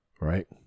Right